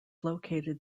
located